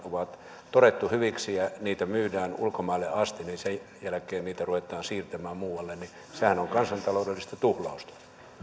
on todettu hyviksi ja niitä myydään ulkomaille asti niin niitä ruvetaan siirtämään muualle sehän on kansantaloudellista tuhlausta